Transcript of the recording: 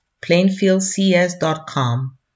plainfieldcs.com